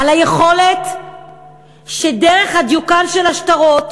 על היכולת שדרך דיוקן השטרות,